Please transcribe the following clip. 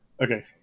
Okay